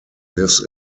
lives